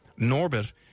Norbit